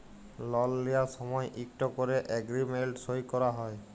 লল লিঁয়ার সময় ইকট ক্যরে এগ্রীমেল্ট সই ক্যরা হ্যয়